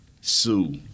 Sue